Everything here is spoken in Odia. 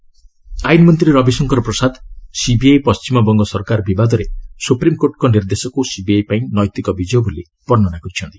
ପ୍ରସାଦ ଏସ୍ସି ଟିଏମ୍ସି ଆଇନ୍ ମନ୍ତ୍ରୀ ରବିଶଙ୍କର ପ୍ରସାଦ ସିବିଆଇ ପଶ୍ଚିମବଙ୍ଗ ସରକାର ବିବାଦରେ ସୁପ୍ରିମକୋର୍ଟଙ୍କ ନିର୍ଦ୍ଦେଶକୁ ସିବିଆଇ ପାଇଁ ନୈତିକ ବିଜୟ ବୋଲି ବର୍ଷ୍ଣନା କରିଛନ୍ତି